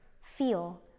feel